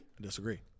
disagree